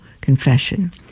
confession